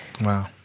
Wow